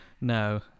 No